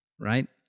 right